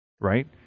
right